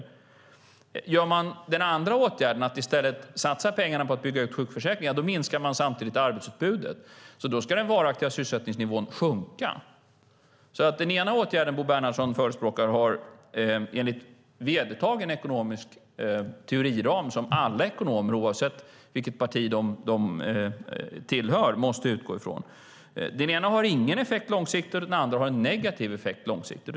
Vidtar man den andra åtgärden, att i stället satsa pengarna på att bygga ut sjukförsäkringen, minskar man samtidigt arbetsutbudet. Då ska den varaktiga sysselsättningsnivån sjunka. Enligt vedertagen ekonomisk teoriram, som alla ekonomer oavsett parti måste utgå från, har den ena åtgärd Bo Bernhardsson förespråkar alltså ingen långsiktig effekt, medan den andra har en negativ långsiktig effekt.